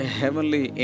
heavenly